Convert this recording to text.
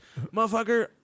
Motherfucker